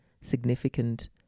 significant